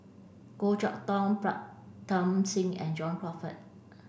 Goh Chok Tong Pritam Singh and John Crawfurd